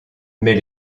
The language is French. mais